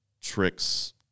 tricks